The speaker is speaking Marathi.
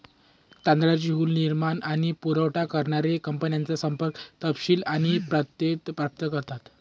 तांदळाची हुल निर्माण आणि पुरावठा करणाऱ्या कंपन्यांचे संपर्क तपशील आणि पत्ते प्राप्त करतात